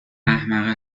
احمقه